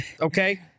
okay